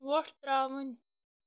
وۄٹھ ترٛاوٕنۍ